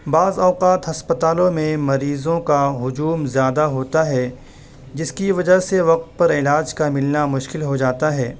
بعض اوقات ہسپتالوں میں مریضوں کا ہجوم زیادہ ہوتا ہے جس کی وجہ سے وقت پر علاج کا ملنا مشکل ہو جاتا ہے